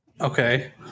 Okay